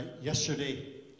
Yesterday